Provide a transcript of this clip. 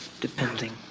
depending